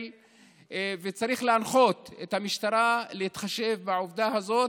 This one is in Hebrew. צריך להנחות את המשטרה להתחשב בעובדה הזאת,